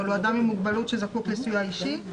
אבל הוא אדם עם מוגבלות שזקוק לסיוע אישי.